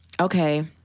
okay